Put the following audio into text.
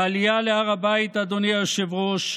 העלייה להר הבית, אדוני היושב-ראש,